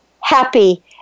happy